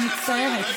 אני מצטערת.